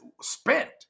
spent